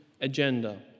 agenda